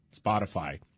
Spotify